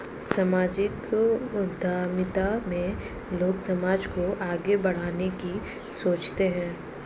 सामाजिक उद्यमिता में लोग समाज को आगे बढ़ाने की सोचते हैं